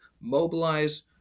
mobilize